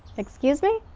excuse me?